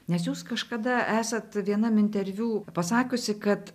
nes jūs kažkada esat vienam interviu pasakiusi kad